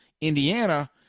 Indiana